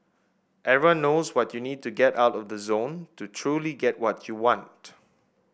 everybody knows what you need to get out of the zone to truly get what you want